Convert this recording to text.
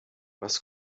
was